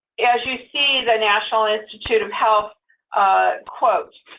as you see, the national institute of health quotes,